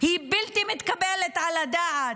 היא בלתי מתקבלת על הדעת.